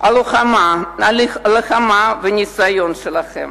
הלוחמה והניסיון שלכם,